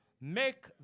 Make